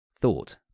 thought